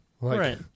Right